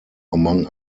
among